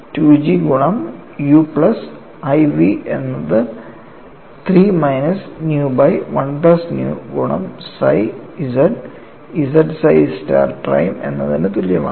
2 G ഗുണം u plus iv എന്നത് 3 minus nu by 1 plus nu ഗുണം psi z z psi star prime എന്നതിനു തുല്യമാണ്